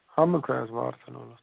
حمُد خۄدایَس کُن وارٕ تھٲینو اللہ